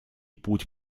путь